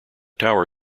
tower